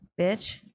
bitch